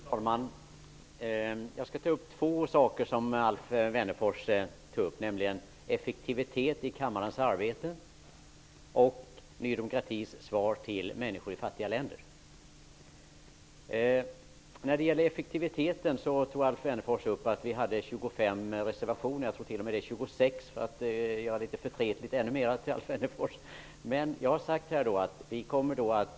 Fru talman! Jag skall ta upp två saker som Alf Wennerfors berörde, nämligen effektiviteten i kammarens arbete och Ny demokratis svar till människor i fattiga länder. När det gäller effektiviteten nämnde Alf Wennerfors att vi har avgivit 25 reservationer. Vi har t.o.m. 26 reservationer, vilket gör förtreten ännu större för Alf Wennerfors.